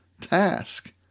task